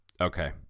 Okay